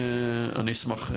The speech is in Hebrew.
אני אשמח.